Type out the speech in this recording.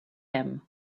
him